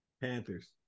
Panthers